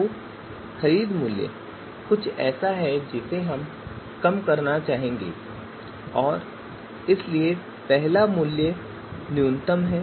तो खरीद मूल्य कुछ ऐसा है जिसे हम कम करना चाहते हैं और इसलिए पहला मूल्य न्यूनतम है